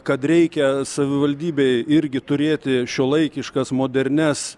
kad reikia savivaldybei irgi turėti šiuolaikiškas modernias